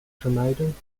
vermijden